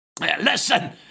Listen